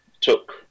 took